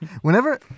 Whenever